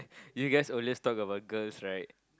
you guys always talk about girls right